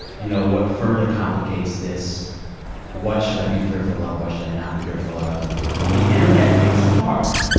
you know, what further complicates this what should i be fearful of, what should i not be fearful of the internet makes it hard.